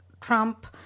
Trump